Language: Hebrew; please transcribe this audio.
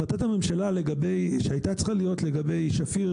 החלטת הממשלה שהיתה צריכה להיות לגבי שפיר